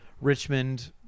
Richmond